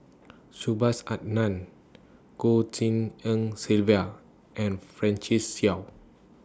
Subhas Anandan Goh Tshin En Sylvia and Francis Seow